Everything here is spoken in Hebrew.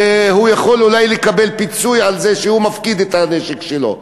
והוא יכול אולי לקבל פיצוי על זה שהוא מפקיד את הנשק שלו.